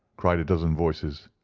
cried a dozen voices.